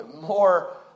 more